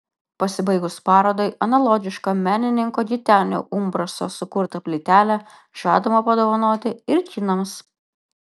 pasibaigus parodai analogišką menininko gitenio umbraso sukurtą plytelę žadama padovanoti ir kinams